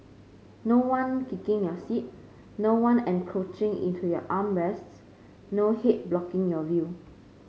no one kicking your seat no one encroaching into your arm rests no head blocking your view